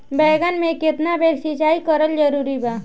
बैगन में केतना बेर सिचाई करल जरूरी बा?